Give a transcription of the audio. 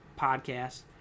Podcast